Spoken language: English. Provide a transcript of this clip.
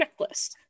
checklist